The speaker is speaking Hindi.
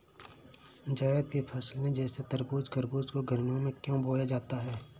जायद की फसले जैसे तरबूज़ खरबूज को गर्मियों में क्यो बोया जाता है?